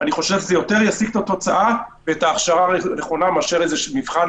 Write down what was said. אני חושב שזה יותר ישיג את התוצאה ואת ההכשרה הנכונה מאשר איזה מבחן